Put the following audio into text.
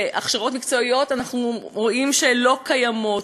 אנחנו רואים שהכשרות מקצועיות לא קיימות.